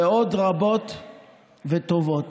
ועוד רבות וטובות.